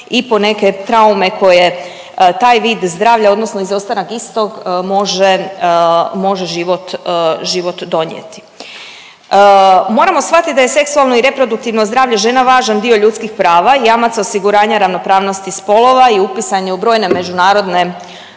i po neke traume koje taj vid zdravlja odnosno izostanak istog može život donijeti. Moram shvatit da je seksualno i reproduktivno zdravlje žena važan dio ljudskih prava i jamac osiguranja ravnopravnosti spolova je upisano u brojne međunarodne